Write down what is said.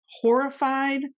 horrified